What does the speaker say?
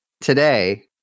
Today